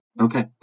Okay